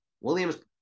Williams